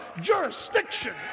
jurisdiction